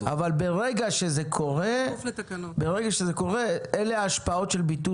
אבל ברגע שזה קורה אלה ההשפעות של ביטול